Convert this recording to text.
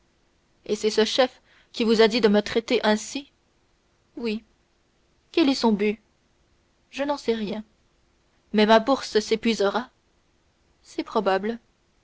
et c'est ce chef qui vous a dit de me traiter ainsi oui quel est son but je n'en sais rien mais ma bourse s'épuisera c'est probable